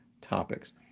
topics